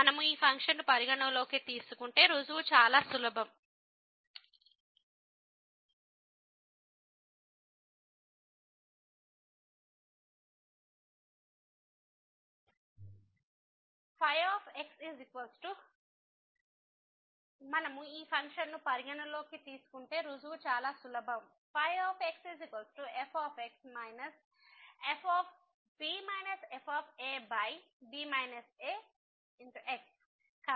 మనము ఈ ఫంక్షన్ను పరిగణనలోకి తీసుకుంటే రుజువు చాలా సులభం xfx fb f ab ax